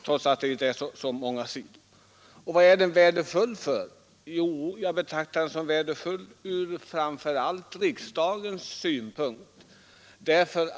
Framför allt betraktar jag den värdefull ur riksdagens synpunkt.